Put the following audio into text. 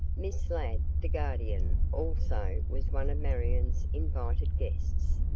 miss ladd, the guardian, also was one of marion's invited guests.